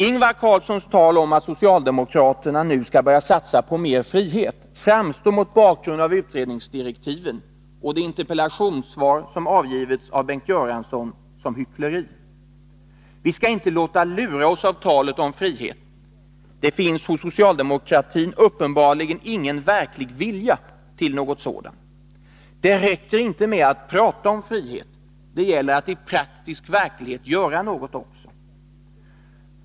Ingvar Carlssons tal om att socialdemokraterna nu skall börja satsa på mer frihet framstår mot bakgrund av utredningsdirektiven och det interpellationssvar som avgivits av Bengt Göransson som hyckleri. Vi skall inte låta lura oss av talet om frihet — det finns hos socialdemokratin uppenbarligen ingen verklig vilja till något sådant. Det räcker inte med att tala om frihet, det gäller att i praktisk verklighet göra något också.